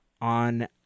on